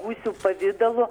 gūsių pavidalu